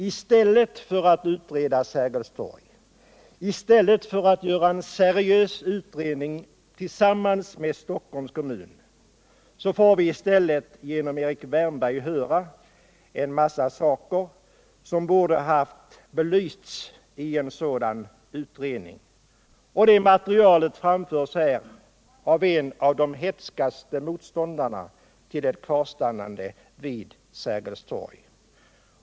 I stället för att få en utredning om Sergels torg, i stället för att få en seriös utredning tillsammans med Stockholms kommun får vi av Erik Wärnberg höra en mängd saker som borde ha belysts i en sådan utredning. Och det materialet framförs här av en av de hätskaste motståndarna till ett kvarstannande vid Sergels torg.